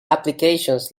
applications